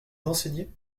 d’enseigner